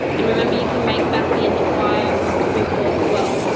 and remember, you can make back the entire cost of your course as well.